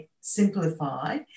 simplify